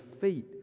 feet